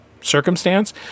circumstance